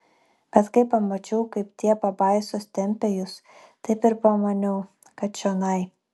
bet kai pamačiau kaip tie pabaisos tempia jus taip ir pamaniau kad čionai